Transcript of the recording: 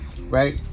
right